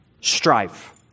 strife